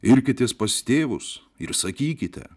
irkitės pas tėvus ir sakykite